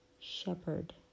shepherd